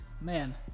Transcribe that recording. man